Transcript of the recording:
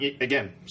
Again